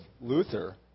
Luther